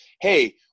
hey